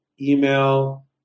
email